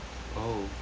mm